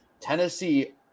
Tennessee